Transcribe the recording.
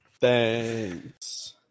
Thanks